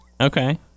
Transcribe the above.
Okay